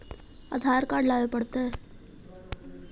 आधार card लाबे पड़तै?